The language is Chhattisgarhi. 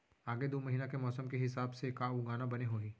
आगे दू महीना के मौसम के हिसाब से का उगाना बने होही?